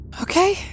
Okay